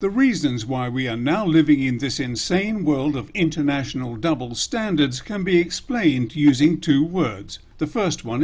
the reasons why we are now living in this insane world of international double standards can be explained using two words the first one